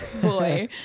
boy